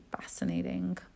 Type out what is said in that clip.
fascinating